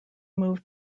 moved